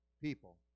people